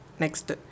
Next